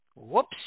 Whoops